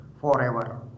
forever